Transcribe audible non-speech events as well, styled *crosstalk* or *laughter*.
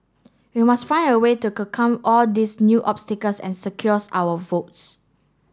we must find a way to *unintelligible* all these new obstacles and secures our votes